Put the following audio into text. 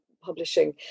publishing